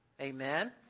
Amen